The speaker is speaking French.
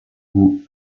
goût